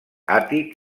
àtic